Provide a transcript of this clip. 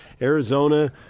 Arizona